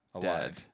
dead